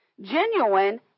genuine